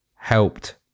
helped